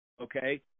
okay